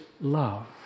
love